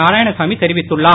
நாராயணசாமி தெரிவித்துள்ளார்